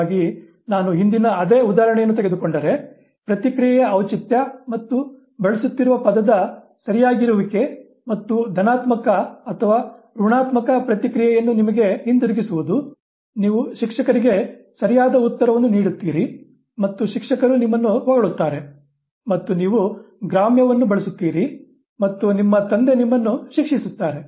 ಹಾಗಾಗಿ ನಾನು ಹಿಂದಿನ ಅದೇ ಉದಾಹರಣೆಯನ್ನು ತೆಗೆದುಕೊಂಡರೆ ಪ್ರತಿಕ್ರಿಯೆಯ ಔಚಿತ್ಯ ಮತ್ತು ಬಳಸುತ್ತಿರುವ ಪದದ ಸರಿಯಾಗಿರುವಿಕೆ ಮತ್ತು ಧನಾತ್ಮಕ ಅಥವಾ ಋಣಾತ್ಮಕ ಪ್ರತಿಕ್ರಿಯೆಯನ್ನು ನಿಮಗೆ ಹಿಂತಿರುಗಿಸುವುದು ನೀವು ಶಿಕ್ಷಕರಿಗೆ ಸರಿಯಾದ ಉತ್ತರವನ್ನು ನೀಡುತ್ತೀರಿ ಮತ್ತು ಶಿಕ್ಷಕರು ನಿಮ್ಮನ್ನು ಹೊಗಳುತ್ತಾರೆ ಮತ್ತು ನೀವು ಗ್ರಾಮ್ಯವನ್ನು ಬಳಸುತ್ತೀರಿ ಮತ್ತು ನಿಮ್ಮ ತಂದೆ ನಿಮ್ಮನ್ನು ಶಿಕ್ಷಿಸುತ್ತಾರೆ